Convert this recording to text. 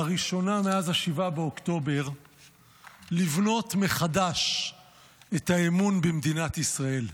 לראשונה מאז 7 באוקטובר לבנות מחדש את האמון במדינת ישראל,